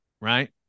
right